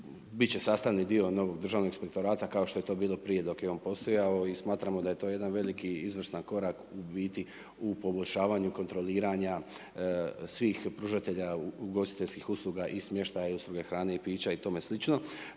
će sastavni dio novog Državnog inspektorata kao što je to bilo prije dok je on postojao i smatramo da je to jedan veliki izvrstan korak u biti u poboljšavanju kontroliranja svih pružatelja ugostiteljskih usluga i smještaj usluge hrane i pića i tome slično.